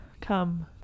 Come